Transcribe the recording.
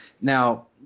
Now